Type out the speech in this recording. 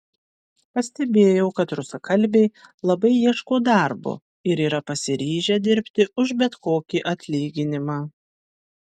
pastebėjau kad rusakalbiai labai ieško darbo ir yra pasiryžę dirbti už bet kokį atlyginimą